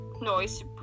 noise